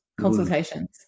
consultations